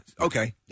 okay